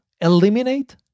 eliminate